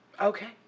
Okay